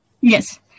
Yes